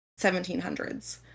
1700s